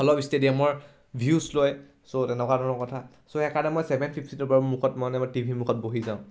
অলপ ষ্টেডিয়ামৰ ভিউজ লয় ছ' তেনেকুৱা ধৰণৰ কথা চ' সেকাৰণে মই চেভেন ফিফ্টিনত টিভিটোৰ মুখত মানে মই টিভিৰ মুখত বহি যাওঁ